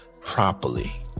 properly